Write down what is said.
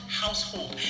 household